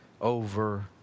over